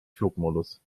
flugmodus